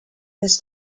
this